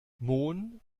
mohn